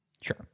Sure